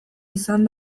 izan